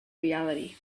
reality